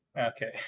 Okay